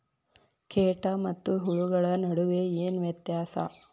ಕೇಟ ಮತ್ತು ಹುಳುಗಳ ನಡುವೆ ಏನ್ ವ್ಯತ್ಯಾಸ?